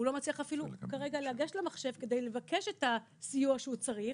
הוא לא מצליח אפילו כרגע לגשת למחשב כדי לבקש את הסיוע שהוא צריך,